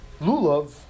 lulav